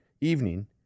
evening